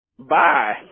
Bye